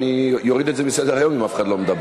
אני אוריד את זה מסדר-היום אם אף אחד לא מדבר.